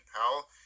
Powell